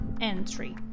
entry